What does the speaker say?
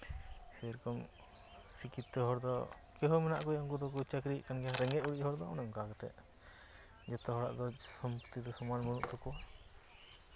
ᱥᱮᱨᱚᱠᱚᱢ ᱥᱤᱠᱠᱷᱤᱛᱚ ᱦᱚᱲ ᱫᱚ ᱠᱮᱦᱚ ᱢᱮᱱᱟᱜ ᱠᱚᱜᱮᱭᱟ ᱩᱱᱠᱩ ᱫᱚᱠᱚ ᱪᱟᱠᱨᱤᱭᱮᱫ ᱠᱟᱱ ᱜᱮᱭᱟ ᱨᱮᱸᱜᱮᱡ ᱚᱨᱮᱡ ᱦᱚᱲ ᱫᱚ ᱚᱱᱮ ᱚᱱᱠᱟ ᱠᱟᱛᱮᱫ ᱡᱚᱛᱚ ᱦᱚᱲᱟᱜ ᱫᱚ ᱥᱚᱢᱯᱚᱛᱛᱤ ᱫᱚ ᱥᱚᱢᱟᱱ ᱵᱟᱹᱱᱩᱜ ᱛᱟᱠᱚᱣᱟ